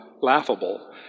laughable